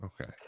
Okay